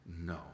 No